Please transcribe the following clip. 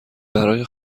برای